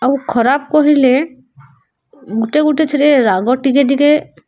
ଆଉ ଖରାପ କହିଲେ ଗୁଟେ ଗୁଟେ ଥିରେ ରାଗ ଟିକେ ଟିକେ